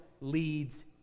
leads